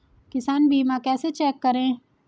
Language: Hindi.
किसान बीमा कैसे चेक करें?